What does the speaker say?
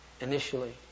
initially